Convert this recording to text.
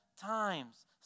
times